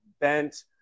bent